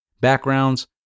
backgrounds